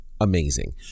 Amazing